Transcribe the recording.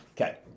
Okay